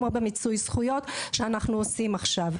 כמו במיצוי זכויות שאנחנו עושים עכשיו.